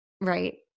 Right